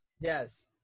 Yes